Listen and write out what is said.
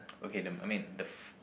okay the I mean the f~